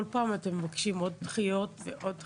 כל פעם אתם מבקשים עוד דחיות ועוד דחיות,